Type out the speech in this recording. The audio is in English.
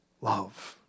love